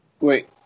Wait